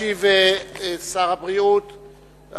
ישיב שר הבריאות,